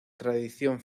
tradición